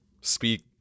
speak